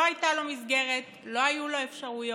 לא הייתה לו מסגרת, לא היו לו אפשרויות,